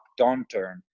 downturn